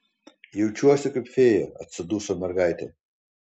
jaučiuosi kaip fėja atsiduso mergaitė